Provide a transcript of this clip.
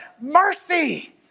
Mercy